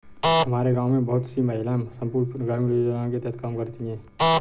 हमारे गांव में बहुत सी महिलाएं संपूर्ण ग्रामीण रोजगार योजना के तहत काम करती हैं